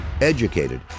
Educated